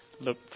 Look